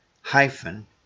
hyphen